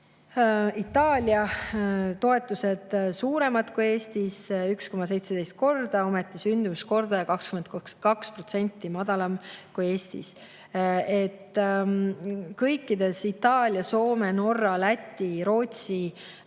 Itaalia: toetused suuremad kui Eestis 1,17 korda, ometi sündimuskordaja 22% madalam kui Eestis. Kõikides neis riikides – Itaalia, Soome, Norra, Läti, Rootsi